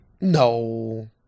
No